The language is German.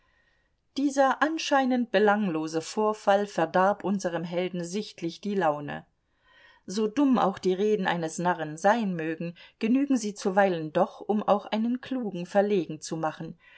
dieser anscheinend belanglose vorfall verdarb unserem helden sichtlich die laune so dumm auch die reden eines narren sein mögen genügen sie zuweilen doch um auch einen klugen verlegen zu machen